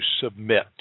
submit